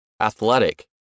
Athletic